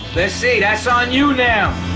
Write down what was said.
let's see, that's on you now.